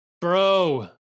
Bro